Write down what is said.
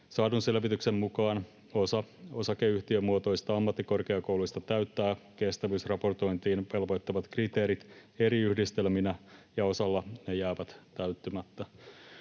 Saadun selvityksen mukaan osa osakeyhtiömuotoisista ammattikorkeakouluista täyttää kestävyysraportointiin velvoittavat kriteerit eri yhdistelminä ja osalla ne jäävät täyttymättä.